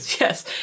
yes